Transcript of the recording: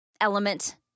element